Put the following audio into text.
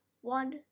one